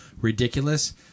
ridiculous